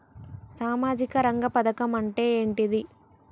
సామాజిక రంగ పథకం అంటే ఏంటిది?